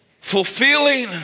Fulfilling